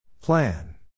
Plan